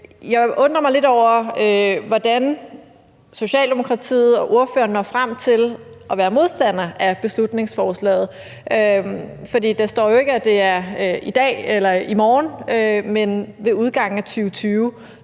Jeg undrer mig lidt over, hvordan Socialdemokratiet og ordføreren når frem til at være modstander af beslutningsforslaget, for der står jo ikke, at det er i dag eller i morgen, men ved udgangen af 2020.